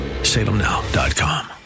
salemnow.com